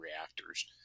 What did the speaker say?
reactors